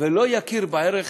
ולא יכיר בערך